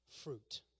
fruit